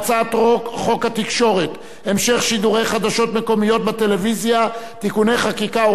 לכן אני קובע שהצעת חוק הרשות השנייה לטלוויזיה ורדיו (תיקון מס'